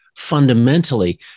fundamentally